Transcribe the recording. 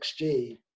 XG